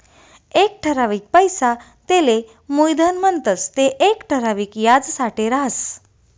एक ठरावीक पैसा तेले मुयधन म्हणतंस ते येक ठराविक याजसाठे राहस